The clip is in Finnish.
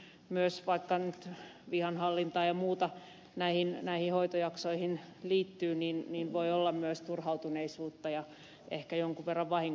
vaikka nyt vihanhallintaa ja muuta näihin hoitojaksoihin liittyy niin varmaankin voi olla myös turhautuneisuutta ja ehkä jonkun verran vain